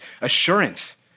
assurance